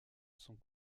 sont